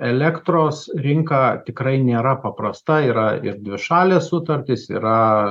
elektros rinka tikrai nėra paprasta yra ir dvišalė sutartis yra